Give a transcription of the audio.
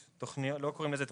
נכון, אז מחפשים גם וגם.